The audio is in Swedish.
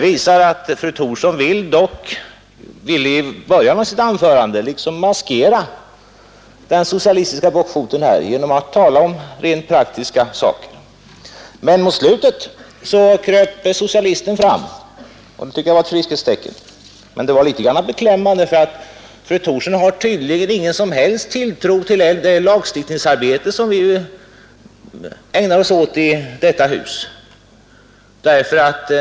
Fru Thorsson ville i början av sitt anförande liksom maskera den socialistiska bockfoten genom att tala om rent praktiska frågor. Men mot slutet kröp socialisten fram. Det tycker jag var ett friskhetstecken. Men det var litet beklämmande att fru Thorsson inte har någon som helst tilltro till det lagstiftningsarbete som vi ägnar oss åt i detta hus.